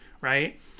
right